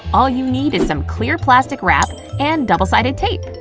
all you need is some clear plastic wrap and double-sided tape.